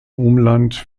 umland